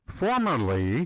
formerly